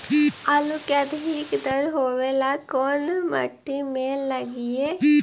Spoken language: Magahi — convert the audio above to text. आलू के अधिक दर होवे ला कोन मट्टी में लगीईऐ?